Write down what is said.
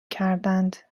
کردند